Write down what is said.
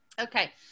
Okay